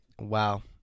Wow